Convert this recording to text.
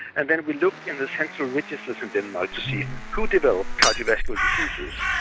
and then we looked in the central registers in denmark to see who developed cardiovascular diseases.